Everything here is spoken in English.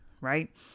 Right